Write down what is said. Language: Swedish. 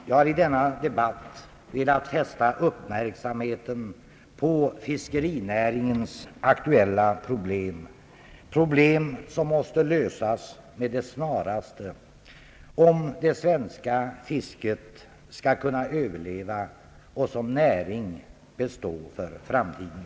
Jag har i denna debatt velat fästa uppmärksamheten på fiskerinäringens aktuella problem, problem som måste lösas med det snaraste, om det svenska fisket skall kunna överleva och som näring bestå för framtiden.